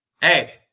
Hey